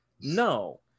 no